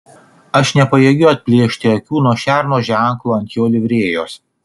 aš nepajėgiu atplėšti akių nuo šerno ženklo ant jo livrėjos